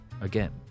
Again